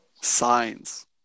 science